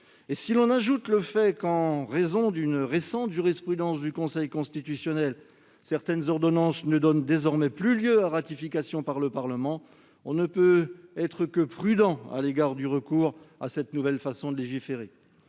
fixé. Ajoutons-y le fait qu'en raison d'une récente jurisprudence du Conseil constitutionnel certaines ordonnances ne donnent désormais plus lieu à ratification par le Parlement, et l'on ne peut être que prudents à l'égard du recours à cette nouvelle façon de légiférer.